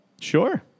Sure